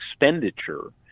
expenditure